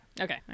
Okay